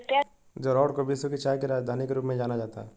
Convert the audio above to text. जोरहाट को विश्व की चाय की राजधानी के रूप में जाना जाता है